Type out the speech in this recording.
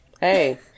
hey